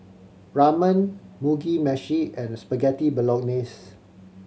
Ramen Mugi Meshi and Spaghetti Bolognese